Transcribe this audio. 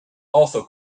also